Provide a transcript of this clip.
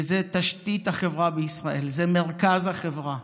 וזו תשתית החברה בישראל, זה מרכז החברה.